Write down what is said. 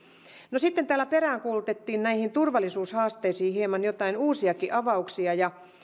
no sitten täällä peräänkuulutettiin näihin turvallisuushaasteisiin hieman joitain uusiakin avauksia